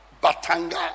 batanga